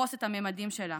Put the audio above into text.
לתפוס את הממדים שלה